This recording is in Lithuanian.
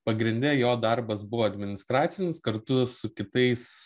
pagrindine jo darbas buvo administracinis kartu su kitais